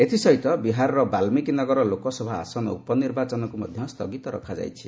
ଏଥିସହିତ ବିହାରର ବାଲ୍ସିକୀ ନଗର ଲୋକସଭା ଆସନ ଉପନର୍ବାଚନକୁ ମଧ୍ୟ ସ୍ଥଗିତ ରଖାଯାଇଛି